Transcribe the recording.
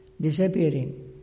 disappearing